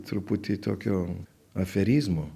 truputį tokio aferizmo